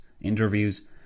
interviews